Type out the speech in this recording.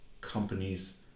companies